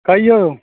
कहियौ